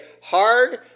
Hard